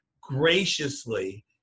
graciously